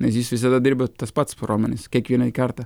nes jūs visada dirbat tas pats promenis kiekvieną kartą